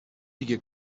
دیگه